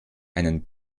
einen